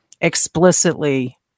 explicitly